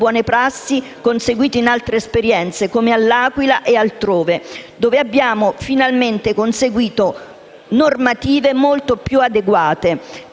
buone prassi conseguite in altre esperienze, come all'Aquila e altrove, dove abbiamo conseguito finalmente normative molto più adeguate: